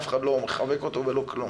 אף אחד לא מחבק אותו ולא כלום.